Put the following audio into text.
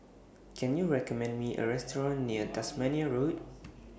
Can YOU recommend Me A Restaurant near Tasmania Road